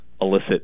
elicit